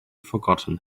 forgotten